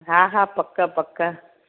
हा हा पक पक